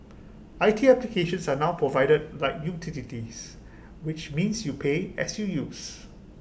I T applications are now provided like utilities which means you pay as you use